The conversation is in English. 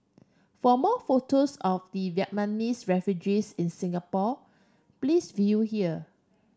for more photos of the Vietnamese refugees in Singapore please view here